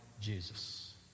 Jesus